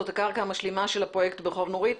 זאת הקרקע המשלימה של הפרויקט ברחוב נורית?